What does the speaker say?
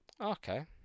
Okay